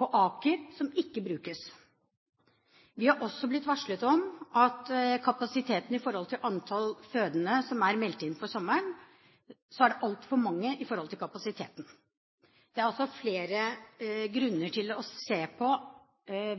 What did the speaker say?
på Aker som ikke brukes. Vi er også blitt varslet om at antall fødende som er meldt inn for sommeren, er altfor stort i forhold til kapasiteten. Det er altså flere grunner til å se på